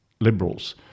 liberals